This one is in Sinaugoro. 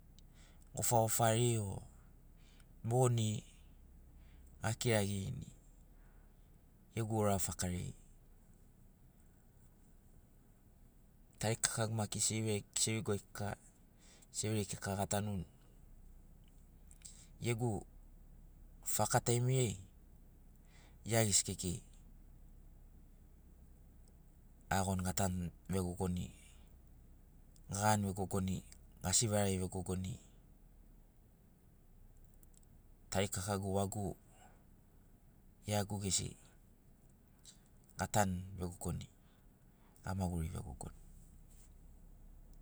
Gofagofari o moni akiragirini gegu ura fakariai tari kakagu maki seviguai kika seviriai kika gatanun gegu faka taimiriai ia gesi kekei aiagon ga tanu vegogoni ga gani vegogoni ga sivarai vegogoni tarikakagu wuagu iagu gesi ga tanu vegogoni ga maguri vegogon